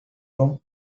from